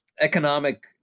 economic